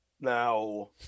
Now